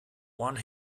one